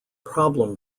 problem